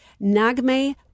Nagme